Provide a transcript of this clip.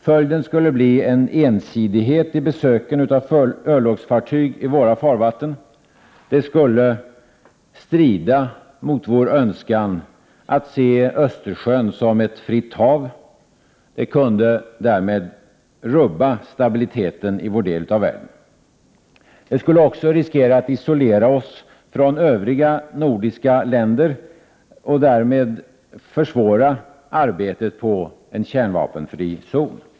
Följden skulle bli en ensidighet i besöken av örlogsfartyg i våra farvatten. Det skulle strida mot vår önskan att se Östersjön som ett fritt hav. Det kunde därmed rubba stabiliteten i vår del av världen. Det skulle också riskera att isolera oss från övriga nordiska länder och därmed försvåra arbetet på en kärnvapenfri zon.